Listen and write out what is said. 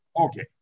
Okay